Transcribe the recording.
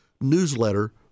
newsletter